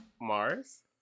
Mars